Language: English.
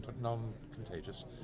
Non-contagious